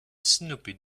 snoopy